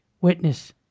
witness